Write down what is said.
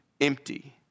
empty